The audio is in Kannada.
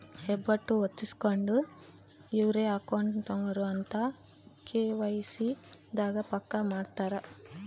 ಹೆಬ್ಬೆಟ್ಟು ಹೊತ್ತಿಸ್ಕೆಂಡು ಇವ್ರೆ ಅಕೌಂಟ್ ನವರು ಅಂತ ಕೆ.ವೈ.ಸಿ ದಾಗ ಪಕ್ಕ ಮಾಡ್ಕೊತರ